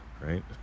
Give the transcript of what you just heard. right